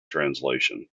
translation